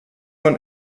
man